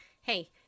hey